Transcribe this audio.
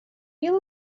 you